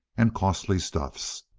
and costly stuffs.